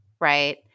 right